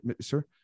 sir